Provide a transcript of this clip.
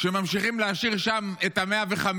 כשממשיכים להשאיר שם את ה-115